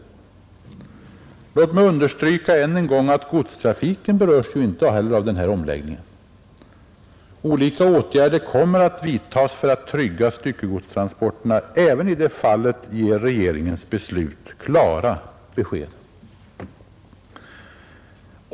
Låt mig understryka än en gång att godstrafiken inte berörs av denna omläggning. Olika åtgärder kommer att vidtas för att trygga styckegodstransporterna. Även i det fallet ger regeringens beslut klara besked.